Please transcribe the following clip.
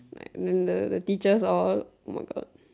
like remember the teachers all oh-my-God